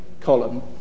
column